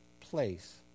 place